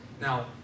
Now